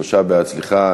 שלושה בעד, סליחה.